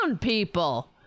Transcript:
people